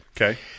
Okay